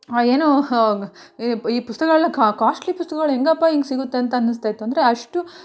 ಏನೂ ಈ ಪುಸ್ತಕ್ಗಳು ಕಾಸ್ಟ್ಲಿ ಪುಸ್ತಕ್ಗಳು ಹೆಂಗಪ್ಪಾ ಹಿಂಗೆ ಸಿಗುತ್ತೆ ಅಂತ ಅನ್ನಿಸ್ತಾಯಿತ್ತು ಅಂದರೆ ಅಷ್ಟು